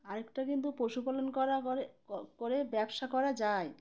আরেকটা কিন্তু পশুপালন করা করে করে ব্যবসা করা যায়